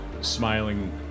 smiling